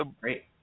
Great